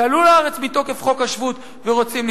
שעלו לארץ מתוקף חוק השבות ורוצים להצטרף.